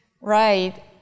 Right